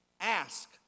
Ask